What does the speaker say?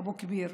אבו כביר.